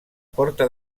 porta